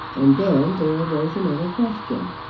and then there arose another question.